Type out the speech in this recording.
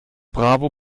bravo